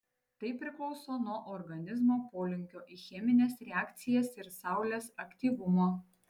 tai priklauso nuo organizmo polinkio į chemines reakcijas ir saulės aktyvumo